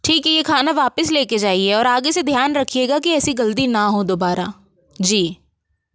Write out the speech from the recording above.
ठीक है ये खाना वापस ले के जाइए और आगे से ध्यान रखिएगा कि ऐसी गलती ना हो दोबारा जी